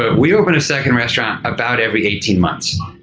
we opened a second restaurant about every eighteen months.